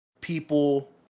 people